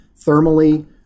thermally